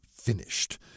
finished